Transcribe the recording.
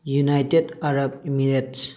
United Arab Emirates